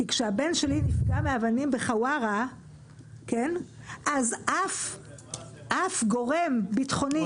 כי כשהבן שלי נפגע מאבנים בחווארה אז אף גורם ביטחוני